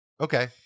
Okay